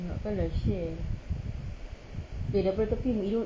ingatkan dah share dari tepi